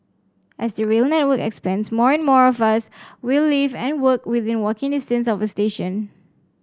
as the rail network expands more and more of us will live and work within walking distance of a station